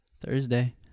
Thursday